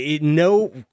no